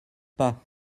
pas